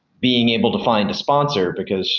being able to find a sponsor, because